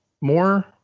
more